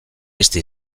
beste